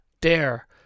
Dare